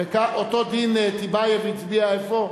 ואותו דין, טיבייב הצביע איפה?